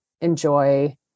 enjoy